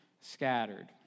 scattered